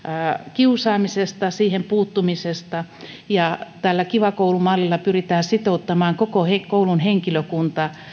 kiusaamisesta ja siihen puuttumisesta ja tällä kiva koulu mallilla pyritään sitouttamaan koko koulun henkilökunta